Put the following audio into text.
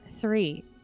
Three